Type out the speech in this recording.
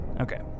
Okay